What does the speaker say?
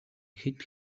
хэд